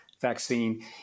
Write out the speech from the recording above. vaccine